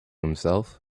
himself